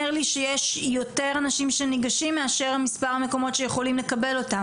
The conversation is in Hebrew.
לי שיש יותר אנשים שניגשים מאשר מספר המקומות שיכולים לקבל אותם,